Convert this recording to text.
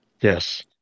Yes